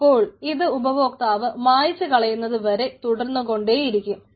അപ്പോൾ ഇത് ഉപഭോക്താവ് മാച്ചു കളയുന്ന ഇവരെ തുടർന്നുകൊണ്ടേ ഇരിക്കും